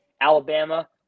Alabama